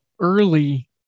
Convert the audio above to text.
early